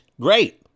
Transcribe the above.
great